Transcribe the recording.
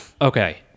Okay